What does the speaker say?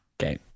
Okay